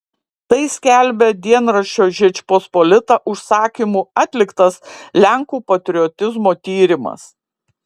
tai skelbia dienraščio žečpospolita užsakymu atliktas lenkų patriotizmo tyrimas